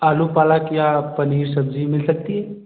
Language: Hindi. आलू पालक या पनीर सब्जी मिल सकती है